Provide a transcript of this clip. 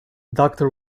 doctor